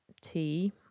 tea